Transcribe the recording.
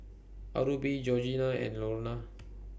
Aubree Georgina and Louanna